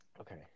Okay